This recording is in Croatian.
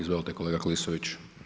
Izvolite kolega Klisović.